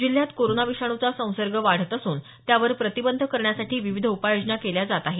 जिल्ह्यात कोरोना विषाणूचा संसर्ग वाढत असून त्यावर प्रतिबंध करण्यासाठी विविध उपाययोजना केल्या जात आहेत